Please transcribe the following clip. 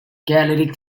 catholic